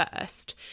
first